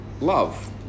Love